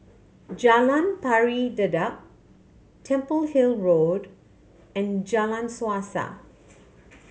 Jalan Pari Dedap Temple Hill Road and Jalan Suasa